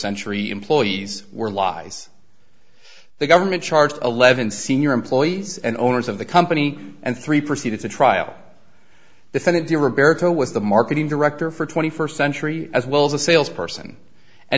century employees were lies the government charged eleven senior employees and owners of the company and three proceeded to trial defendant to roberto was the marketing director for twenty first century as well as a sales person and